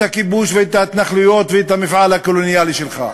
הכיבוש ואת ההתנחלויות ואת המפעל הקולוניאלי שלך.